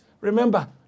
Remember